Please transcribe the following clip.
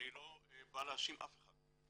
אני לא בא להאשים אף אחד.